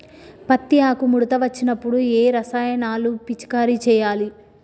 పత్తి ఆకు ముడత వచ్చినప్పుడు ఏ రసాయనాలు పిచికారీ చేయాలి?